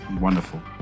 wonderful